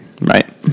Right